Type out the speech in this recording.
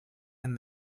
and